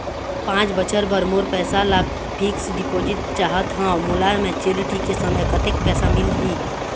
पांच बछर बर मोर पैसा ला फिक्स डिपोजिट चाहत हंव, मोला मैच्योरिटी के समय कतेक पैसा मिल ही?